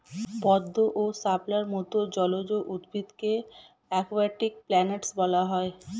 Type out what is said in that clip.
পদ্ম, শাপলার মত জলজ উদ্ভিদকে অ্যাকোয়াটিক প্ল্যান্টস বলা হয়